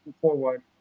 forward